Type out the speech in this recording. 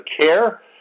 care